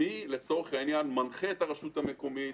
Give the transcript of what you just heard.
מי מנחה את הרשות המקומית,